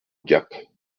gap